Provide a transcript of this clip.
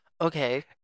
Okay